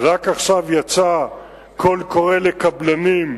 רק עכשיו יצא קול קורא לקבלנים,